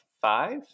five